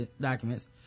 documents